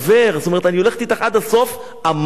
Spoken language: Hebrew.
זאת אומרת,